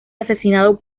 asesinado